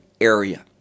area